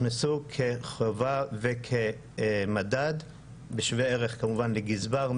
נכנסו כחובה וכמדד בשווה ערך כמובן לגזבר,